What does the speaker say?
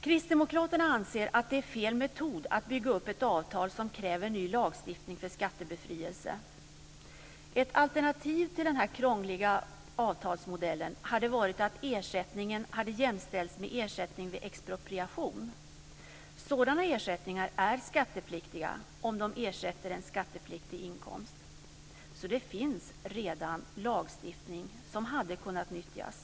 Kristdemokraterna anser att det är fel metod att bygga upp ett avtal som kräver ny lagstiftning för skattebefrielse. Ett alternativ till den här krångliga avtalsmodellen hade kunnat vara att ersättningen hade jämställts med ersättningen vid expropriation. Sådana ersättningar är skattepliktiga om de är ersättningar för en skattepliktig inkomst. Det finns alltså redan en lagstiftning som hade kunnat nyttjas.